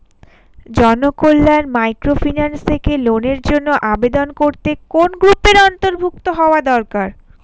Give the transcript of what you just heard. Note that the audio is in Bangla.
জনকল্যাণ মাইক্রোফিন্যান্স থেকে লোনের জন্য আবেদন করতে কোন গ্রুপের অন্তর্ভুক্ত হওয়া দরকার?